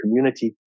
community